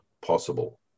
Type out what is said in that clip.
possible